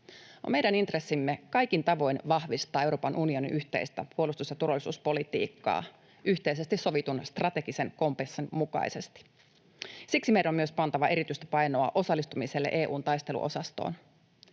meidän intressimme kaikin tavoin vahvistaa Euroopan unionin yhteistä puolustus- ja turvallisuuspolitiikkaa yhteisesti sovitun strategisen kompassin mukaisesti. Siksi meidän on myös pantava erityistä painoa osallistumiselle EU:n taisteluosastoon.